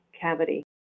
cavity